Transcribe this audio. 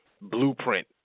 blueprint